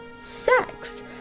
sex